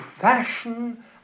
fashion